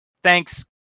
thanks